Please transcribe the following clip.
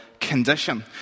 condition